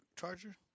Charger